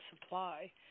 supply